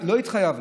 לא התחייבנו,